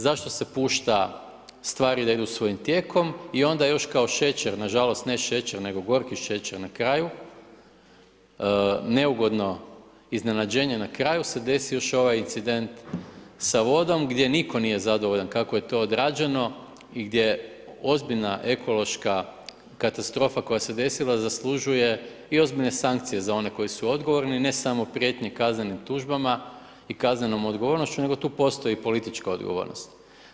Zašto se pušta stvari da idu svojim tijekom i onda još kao šećer, nažalost, ne šećer nego gorki šećer na kraju, neugodno iznenađenje na kraju se desi još ovaj incident sa vodom gdje nitko nije zadovoljan kako je to odrađeno i gdje ozbiljna ekološka katastrofa koja se desila zaslužuje i ozbiljne sankcije za one koji su odgovorni, ne samo prijetnje kaznenim tužbama i kaznenom odgovornošću, nego tu postoji i politička odgovornost.